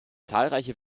zahlreiche